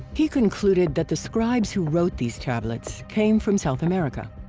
he concluded that the scribes who wrote these tablets, came from south america.